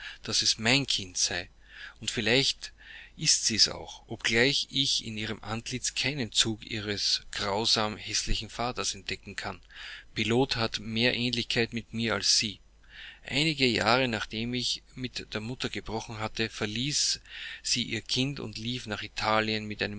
daß es mein kind sei und vielleicht ist sie's auch obgleich ich in ihrem antlitz keinen zug ihres grausam häßlichen vaters entdecken kann pilot hat mehr ähnlichkeit mit mir als sie einige jahre nachdem ich mit der mutter gebrochen hatte verließ sie ihr kind und lief nach italien mit